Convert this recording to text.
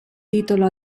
titolo